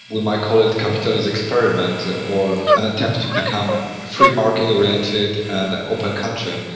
we might call it a capitalist experiment or an attempt to become a free market oriented and open country,